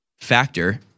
factor